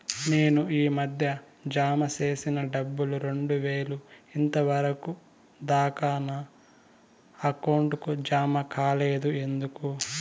నేను ఈ మధ్య జామ సేసిన డబ్బులు రెండు వేలు ఇంతవరకు దాకా నా అకౌంట్ కు జామ కాలేదు ఎందుకు?